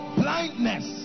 blindness